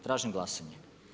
Tražim glasanje.